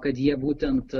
kad jie būtent